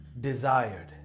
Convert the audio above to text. desired